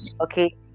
okay